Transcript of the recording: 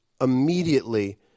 immediately